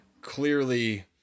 clearly